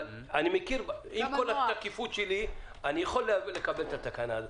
עם כל התקיפות שלי, אני יכול לקבל את התקנה הזאת.